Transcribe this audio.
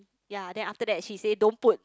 ya then after that she say don't put